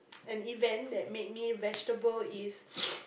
an event that made me vegetable is